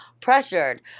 pressured